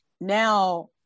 now